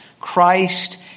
Christ